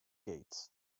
gates